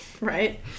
Right